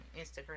Instagram